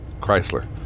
Chrysler